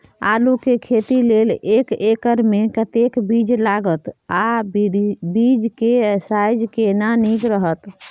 आलू के खेती लेल एक एकर मे कतेक बीज लागत आ बीज के साइज केना नीक रहत?